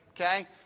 okay